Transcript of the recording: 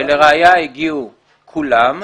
ולראיה, הגיעו כולם,